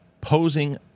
posing